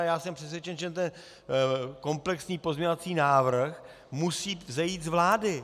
Já jsem přesvědčen, že komplexní pozměňovací návrh musí vzejít z vlády.